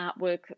artwork